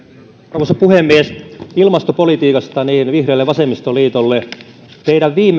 arvoisa puhemies ilmastopolitiikasta vihreille ja vasemmistoliitolle teidän viime